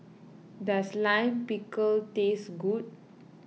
does Lime Pickle taste good